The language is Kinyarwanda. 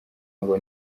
ngo